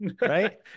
Right